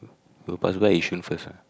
will past by Yishun first ah